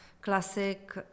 classic